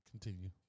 Continue